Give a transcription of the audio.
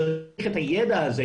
צריך את הידע הזה,